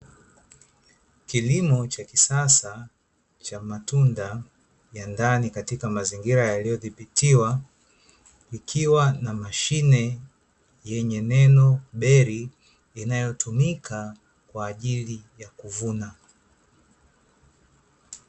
Kilimo cha kisasa cha matunda ya ndani katika mazingira yaliyodhibitiwa ikiwa na mashine yenye neno, "BERRY" inayotumika kwaajili ya kuvuna.